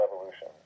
evolution